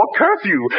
curfew